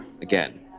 again